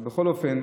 אבל בכל אופן,